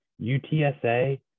UTSA